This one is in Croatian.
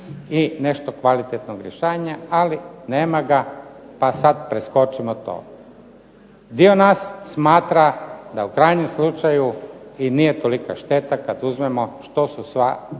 i nešto kvalitetnog rješavanja, ali nema ga pa sad preskočimo to. Dio nas smatra da u krajnjem slučaju i nije tolika šteta kad uzmemo što su sva